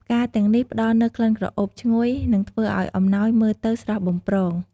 ផ្កាទាំងនេះផ្តល់នូវក្លិនក្រអូបឈ្ងុយ និងធ្វើឱ្យអំណោយមើលទៅស្រស់បំព្រង។